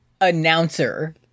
announcer